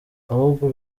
ahubwo